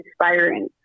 inspiring